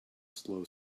slow